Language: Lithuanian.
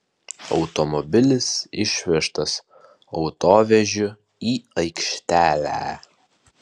automobilis išvežtas autovežiu į aikštelę